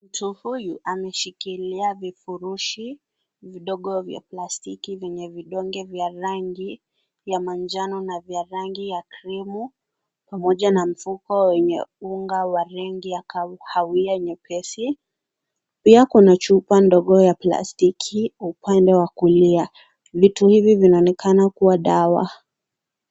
Mtu huyu ameshikilia vifurushi vidogo vya plastiki venye vidonge vya rangi ya manjano na vya rangi ya cream pamoja na mfuko wenye unga wa rangi ya kahawia nyepesi. Pia kuna chupa ndogo ya plastiki upande wa kulia. Vitu hivi vinaonekana kuwa dawa.